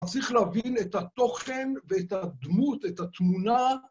צריך להבין את התוכן ואת הדמות, את התמונה.